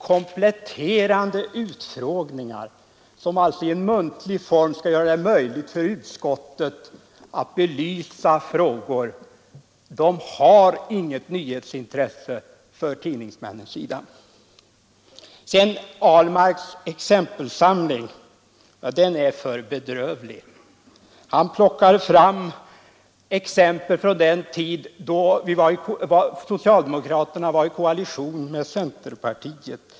Kompletterande utfrågningar, som alltså i muntlig form skall göra det möjligt för utskott att belysa frågor, har inget nyhetsintresse för tidningsmännen. Herr Ahlmarks exempelsamling är för bedrövlig! Han plockar fram exempel från den tid då socialdemokraterna var i koalition med centerpartiet.